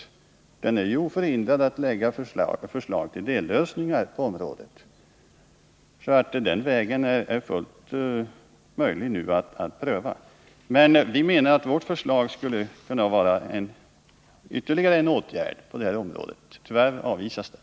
Utredningen är ju oförhindrad att framlägga förslag till dellösningar på området. Den vägen är alltså nu fullt möjlig att pröva. Men vi menar att vårt förslag skulle vara ytterligare en åtgärd på det här området. Tyvärr avvisas det.